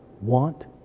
want